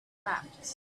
backs